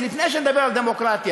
לפני שנדבר על דמוקרטיה,